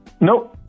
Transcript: Nope